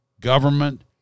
government